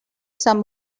some